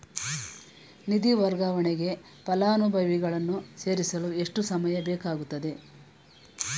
ನಿಧಿ ವರ್ಗಾವಣೆಗೆ ಫಲಾನುಭವಿಗಳನ್ನು ಸೇರಿಸಲು ಎಷ್ಟು ಸಮಯ ಬೇಕಾಗುತ್ತದೆ?